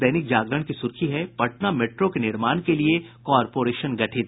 दैनिक जागरण की सुर्खी है पटना मेट्रो के निर्माण के लिए कॉरपोरेशन गठित